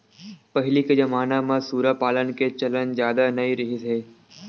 पहिली के जमाना म सूरा पालन के चलन जादा नइ रिहिस हे